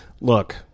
look